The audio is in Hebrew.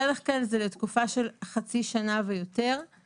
זה בדרך כלל לתקופה של חצי שנה ויותר.